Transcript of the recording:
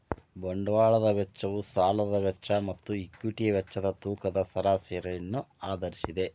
ಬಂಡವಾಳದ ವೆಚ್ಚವು ಸಾಲದ ವೆಚ್ಚ ಮತ್ತು ಈಕ್ವಿಟಿಯ ವೆಚ್ಚದ ತೂಕದ ಸರಾಸರಿಯನ್ನು ಆಧರಿಸಿದೆ